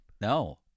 No